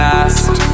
Last